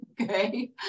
Okay